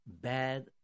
bad